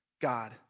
God